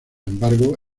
embargo